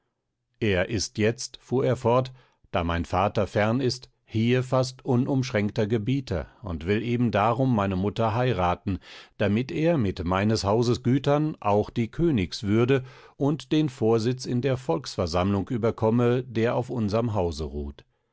er ist jetzt fuhr er fort da mein vater fern ist hier fast unumschränkter gebieter und will eben darum meine mutter heiraten damit er mit meines hauses gütern auch die königswürde und den vorsitz in der volksversammlung überkomme der auf unserm hause ruht